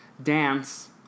dance